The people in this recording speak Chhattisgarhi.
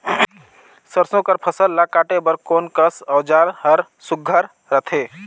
सरसो कर फसल ला काटे बर कोन कस औजार हर सुघ्घर रथे?